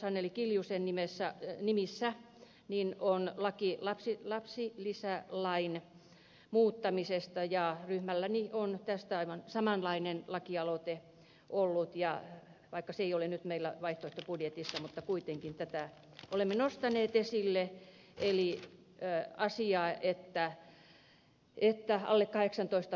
anneli kiljusen nimissä on laki lapsilisälain muuttamisesta ja ryhmälläni on tästä aivan samanlainen lakialoite ollut vaikka se ei ole nyt meillä vaihtoehtobudjetissa mutta kuitenkin tätä olemme nostaneet esille eli sitä että halli kaheksantoista